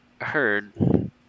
heard